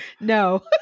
No